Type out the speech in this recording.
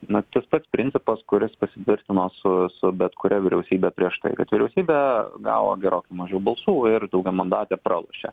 na tas pats principas kuris pasitvirtino su su bet kuria vyriausybe prieš tai kad vyriausybė gavo gerokai mažiau balsų ir daugiamandatė pralošė